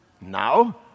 Now